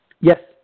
Yes